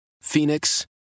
Phoenix